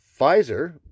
pfizer